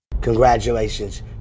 Congratulations